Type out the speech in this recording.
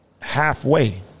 halfway